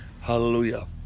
Hallelujah